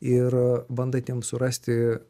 ir a bandatiems surasti